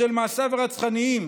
בשל מעשיו הרצחניים